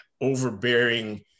overbearing